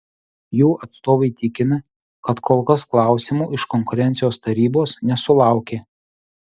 jų atstovai tikina kad kol kas klausimų iš konkurencijos tarybos nesulaukė